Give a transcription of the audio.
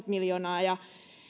miljoonaa ja